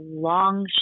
long